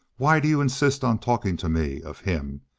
why do you insist on talking to me of him?